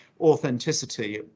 authenticity